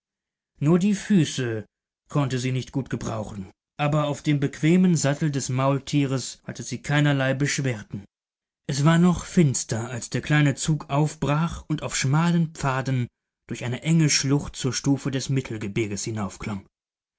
nur die füße konnte sie nicht gut gebrauchen aber auf dem bequemen sattel des maultiers hatte sie keinerlei beschwerden es war noch finster als der kleine zug aufbrach und auf schmalen pfaden durch eine enge schlucht zur stufe des mittelgebirges